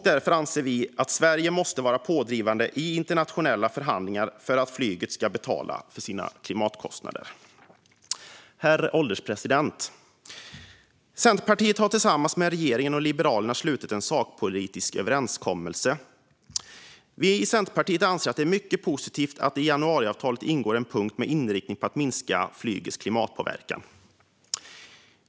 Därför anser vi att Sverige måste vara pådrivande i internationella förhandlingar för att flyget ska betala för sina klimatkostnader. Herr ålderspresident! Centerpartiet har tillsammans med regeringen och Liberalerna slutit en sakpolitisk överenskommelse. Vi i Centerpartiet anser att det är mycket positivt att det i januariavtalet ingår en punkt med inriktning mot att minska flygets klimatpåverkan.